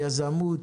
יזמות,